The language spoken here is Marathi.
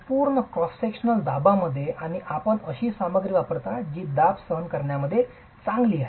संपूर्ण क्रॉस सेक्शन दाबामध्ये आहे आणि आपण अशी सामग्री वापरता जी दाब सहन करण्यामध्ये चांगली आहे